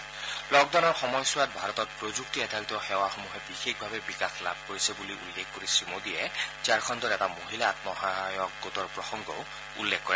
আনহাতে লকডাউনৰ সময়ছোৱাত ভাৰতত প্ৰযুক্তি আধাৰিত সেৱাসমূহে বিশেষভাৱে বিকাশ লাভ কৰিছে বুলি উল্লেখ কৰি শ্ৰীমোদীয়ে ঝাৰখণুৰ এটা মহিলা আন্মসহায়ক গোটৰ প্ৰসংগও উল্লেখ কৰে